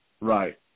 Right